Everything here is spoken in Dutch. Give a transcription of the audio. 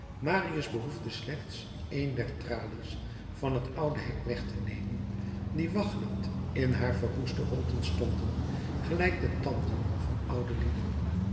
marius behoefde slechts een der tralies van het oude hek weg te nemen die waggelend in haar verroeste holten stonden gelijk de tanden van